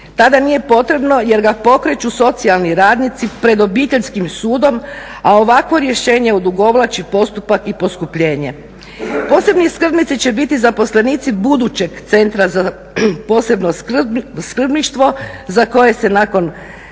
Tada nije potrebno jer ga pokreću socijalni radnici pred Obiteljskim sudom. A ovakvo rješenje odugovlači postupak i poskupljenje. Posebni skrbnici će biti zaposlenici budućeg Centra za posebno skrbništvo za koje se nakon